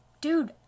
dude